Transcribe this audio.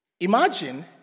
Imagine